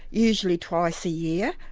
usually twice a year,